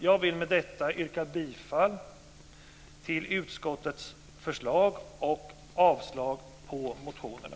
Jag vill med detta yrka bifall till utskottets förslag och avslag på motionerna.